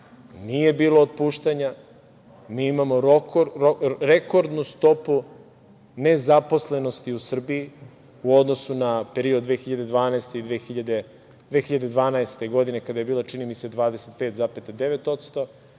Nije bilo otpuštanja. Mi imamo rekordnu stopu nezaposlenosti u Srbiji u odnosu na period 2012. godine, kada je bilo, čini mi se 25,9%,